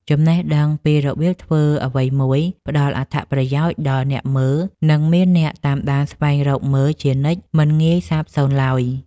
ចំណេះដឹងពីរបៀបធ្វើអ្វីមួយផ្ដល់អត្ថប្រយោជន៍ដល់អ្នកមើល និង មានអ្នកតាមដានស្វែងរកមើលជានិច្ចមិនងាយសាបសូន្យឡើយ។